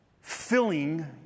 filling